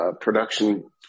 production